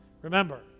Remember